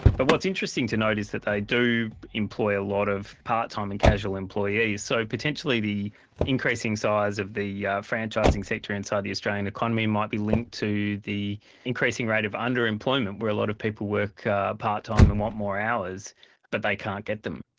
but what's interesting to note is that they do employ a lot of part-time and casual employees. so potentially the increasing size of the of the yeah franchising sector inside the australian economy might be linked to the increasing rate of underemployment, where a lot of people work part-time and want more hours but they can't get them.